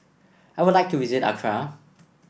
I would like to visit Accra